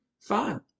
Fine